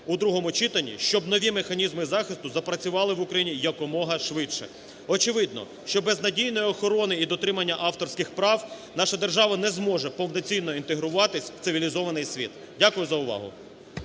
у другому читанні, щоб нові механізми захисту запрацювали в Україні якомога швидше. Очевидно, що без надійної охорони і дотримання авторських прав наша держава не зможе повноцінно інтегруватись в цивілізований світ. Дякую за увагу.